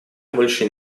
больше